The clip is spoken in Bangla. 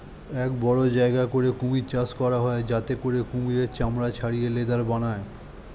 এক বড় জায়গা করে কুমির চাষ করা হয় যাতে করে কুমিরের চামড়া ছাড়িয়ে লেদার বানায়